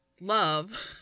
love